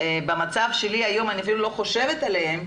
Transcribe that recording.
ובמצב שלי היום אני אפילו לא חושבת עליהן,